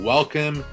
Welcome